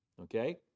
okay